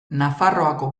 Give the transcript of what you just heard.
nafarroako